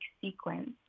sequence